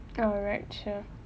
alright sure